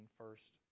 first